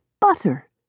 butter